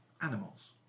Animals